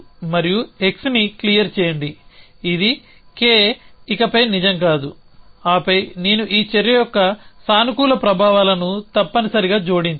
మరియు xని క్లియర్ చేయండి ఇది K ఇకపై నిజం కాదు ఆపై నేను ఈ చర్య యొక్క సానుకూల ప్రభావాలను తప్పనిసరిగా జోడించాలి